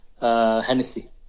Hennessy